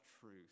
truth